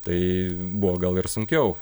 tai buvo gal ir sunkiau